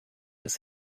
ist